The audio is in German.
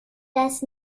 das